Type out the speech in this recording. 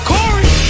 Corey